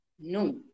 No